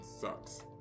sucks